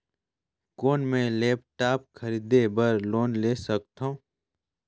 कौन मैं लेपटॉप खरीदे बर लोन ले सकथव?